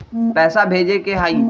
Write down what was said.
पैसा भेजे के हाइ?